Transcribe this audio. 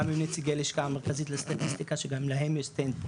גם עם נציגי לשכה המרכזית לסטטיסטיקה שגם להם יש סטנד,